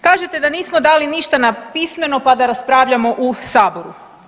Kažete da nismo dali ništa na pismeno, pa da raspravljamo u Saboru.